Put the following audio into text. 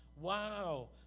Wow